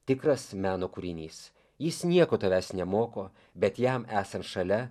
tikras meno kūrinys jis nieko tavęs nemoko bet jam esant šalia